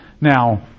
Now